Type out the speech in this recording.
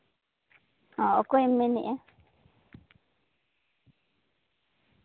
ᱚ ᱚᱠᱚᱭᱮᱢ ᱢᱮᱱᱮᱫᱼᱟ